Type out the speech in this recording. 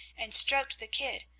and stroked the kid,